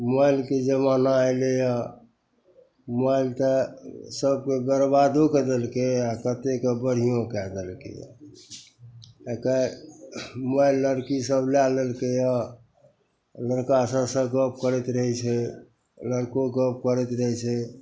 मोबाइलके जमाना अएलै यऽ मोबाइल तऽ सभकेँ बेरबादो कै देलकै आओर कतेक के बढ़िओँ कौ देलकै एतए मोबाइल लड़कीसभ लै लेलकै यऽ लड़का सभसे गप करैत रहैत छै लड़को गप करैत रहै छै